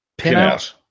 Pinout